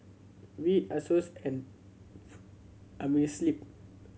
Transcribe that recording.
Veet Asos and Amerisleep